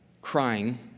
crying